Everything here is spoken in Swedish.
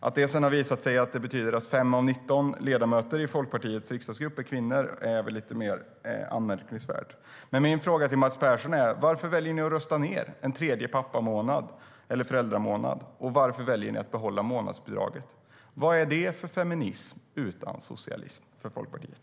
Att det sedan har visat sig betyda att fem av 19 ledamöter i Folkpartiets riksdagsgrupp är kvinnor är väl lite mer anmärkningsvärt. Min fråga till Mats Persson är: Varför väljer ni att rösta ned en tredje pappamånad, eller föräldramånad, och varför väljer ni att behålla vårdnadsbidraget? Vad är det för feminism utan socialism för Folkpartiet?